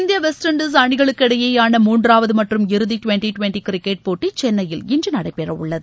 இந்திய West Indies அணிகளுக்கு இடையேயான மூன்றாவது மற்றும் இறுதி டுவன்டி டுவன்டி கிரிக்கெட்போட்டி சென்னையில் இன்று நடைபெறவுள்ளது